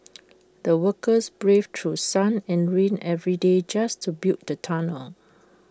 the workers braved through sun and rain every day just to build the tunnel